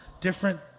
different